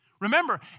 Remember